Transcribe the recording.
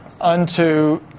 unto